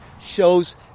shows